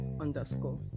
underscore